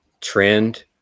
trend